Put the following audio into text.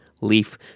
Leaf